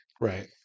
Right